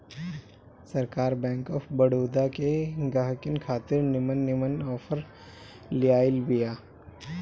सरकार bank of Baroda के गहकिन खातिर निमन निमन आफर लियाइल बिया